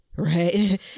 right